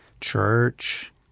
church